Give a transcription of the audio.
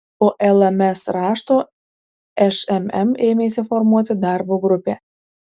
po lms rašto šmm ėmėsi formuoti darbo grupę